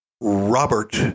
Robert